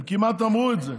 הם כמעט אמרו את זה,